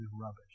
rubbish